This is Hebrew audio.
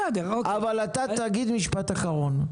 אבל אתה תגיד משפט אחרון.